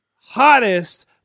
hottest